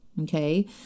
Okay